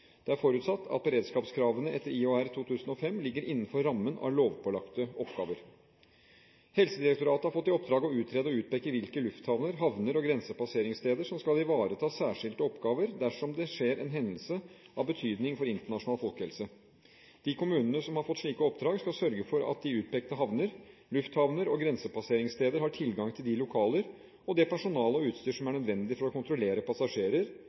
Det er forutsatt at beredskapskravene etter IHR fra 2005 ligger innenfor rammen av lovpålagte oppgaver. Helsedirektoratet har fått i oppdrag å utrede og utpeke hvilke lufthavner, havner og grensepasseringssteder som skal ivareta særskilte oppgaver dersom det skjer en hendelse av betydning for internasjonal folkehelse. De kommunene som har fått slike oppdrag, skal sørge for at de utpekte havner, lufthavner og grensepasseringssteder har tilgang til de lokaler og det personale og utstyr som er nødvendig for å kontrollere passasjerer,